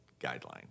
guideline